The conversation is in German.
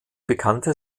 bekannte